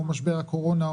משבר הקורונה,